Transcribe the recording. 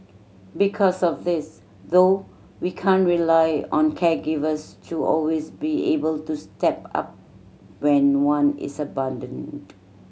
because of this though we can't rely on caregivers to always be able to step up when one is abandoned